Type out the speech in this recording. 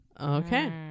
Okay